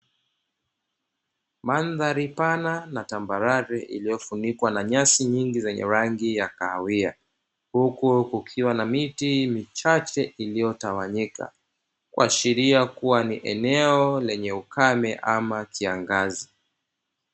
Mandhari pana na tambarare iliyofunikwa na nyasi nyingi zenye rangi ya kahawia. Huku kukiwa na miti michache iliyotawanyika, kuashiria kuwa ni eneo lenye ukame ama kiangazi.